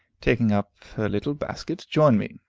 taking up her little basket, joined me,